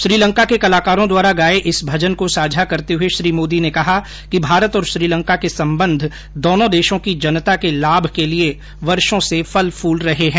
श्रीलंका के कलाकारों द्वारा गाये इस भजन को साझा करते हुए श्री मोदी ने कहा कि भारत और श्रीलंका के संबंध दोनों देशों की जनता के लाभ के लिए वर्षों से फल फूल रहे हैं